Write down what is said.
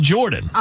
Jordan